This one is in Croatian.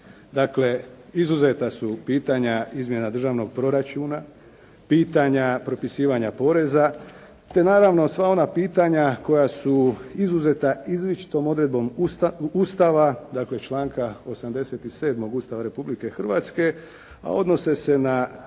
Dakle, izuzeta su pitanja izmjena državnog proračuna, pitanja propisivanja poreza te naravno sva ona pitanja koja su izuzeta izričitom odredbom Ustava, dakle članka 87. Ustava Republike Hrvatske, a odnose se na